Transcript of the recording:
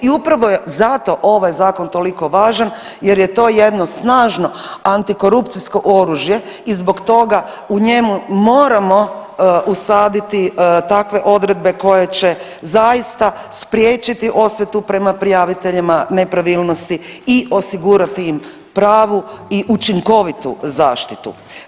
I upravo je zato ovaj zakon toliko važan, jer je to jedno snažno antikorupcijsko oružje i zbog toga u njemu moramo usaditi takve odredbe koje će zaista spriječiti osvetu prema prijaviteljima nepravilnosti i osigurati im pravu i učinkovitu zaštitu.